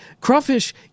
crawfish